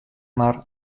mar